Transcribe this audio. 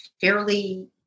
fairly